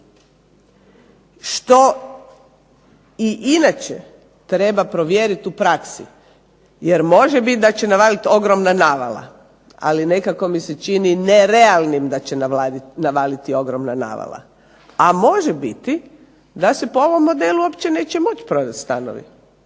što i inače treba provjerit u praksi jer može biti da će navalit ogromna navala, ali nekako mi se čini nerealnim da će navaliti ogromna navala, a može biti da se po ovom modelu uopće neće moći prodat stanovi